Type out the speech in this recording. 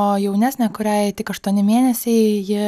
o jaunesnė kuriai tik aštuoni mėnesiai ji